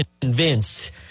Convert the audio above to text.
convinced